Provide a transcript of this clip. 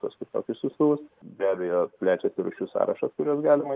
tuos kitokius siųstuvus be abejo plečiasi rūšių sąrašas kuriuos galima